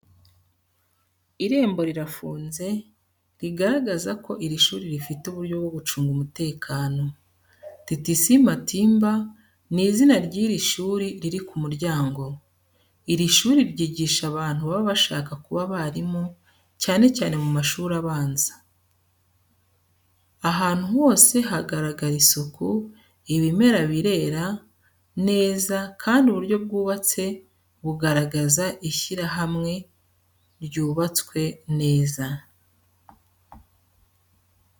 Irembo rirafunze, rigaragaza ko iri shuri rifite uburyo bwo gucunga umutekano. T.T.C MATIMBA ni izina ry’iri shuri riri ku muryango. Iri shuri ryigisha abantu baba bashaka kuba abarimu cyane cyane mu mashuri abanza. Ahantu hose hagaragara isuku, ibimera birera neza kandi uburyo bwubatse buragaragaza ishyirahamwe ryubatswe neza.